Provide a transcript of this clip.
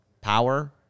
power